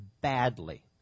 badly